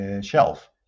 shelf